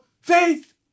faith